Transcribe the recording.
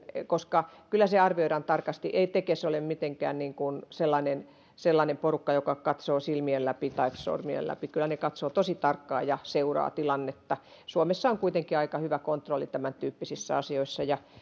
koska kyllä se arvioidaan tarkasti ei tekes ole mitenkään sellainen sellainen porukka joka katsoo sormien läpi kyllä he katsovat tosi tarkkaan ja seuraavat tilannetta suomessa on kuitenkin aika hyvä kontrolli tämäntyyppisissä asioissa ja